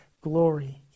glory